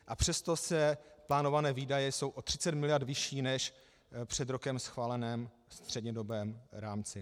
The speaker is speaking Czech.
A přesto jsou plánované výdaje o 30 mld. vyšší než v před rokem schváleném střednědobém rámci.